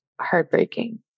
heartbreaking